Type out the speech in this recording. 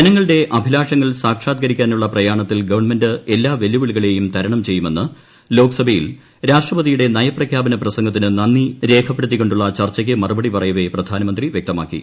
ജനങ്ങളുടെ അഭിലാഷങ്ങൾ സാക്ഷാത്ര്ക്ക്രിക്കാനുള്ള പ്രയാണത്തിൽ ഗവൺമെന്റ് എല്ലാ വെല്ലുവിളികളെയും തരണം ചെയ്യുമെന്ന് ലോക്സഭയിൽ രാഷ്ട്രപതിയുടെ നയപ്രഖ്യാപന പ്രസംഗത്തിന് നന്ദിരേഖപ്പെടുത്തിയുള്ള ചർച്ചയ്ക്ക് മറുപടി പറയവേ പ്രധാനമന്ത്രി വൃക്തമാക്കി